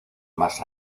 más